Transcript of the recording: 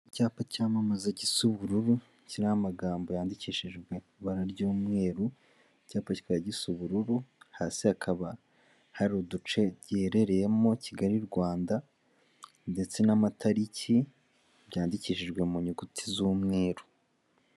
Icyapa cyamamaza gisa ubururu, kiriho amagambo yandikishijwe ibara ry'umweru, icyapa kikaba gisa ubururu, hasi hakaba hari uduce giherereyemo, Kigali- Rwanda, ndetse n'amatariki byandikishijwe mu nyuguti z'umweru.